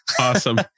Awesome